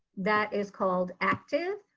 that is called acti.